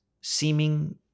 seeming